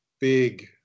big